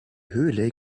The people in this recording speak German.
höhle